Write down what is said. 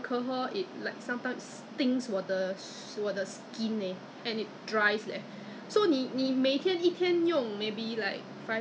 I stop using the hand sanitizer with alcohol I just use a normal one the one they give give by Temasek Temasek really no alcohol I wonder whether